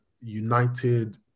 United